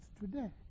today